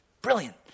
Brilliant